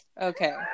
Okay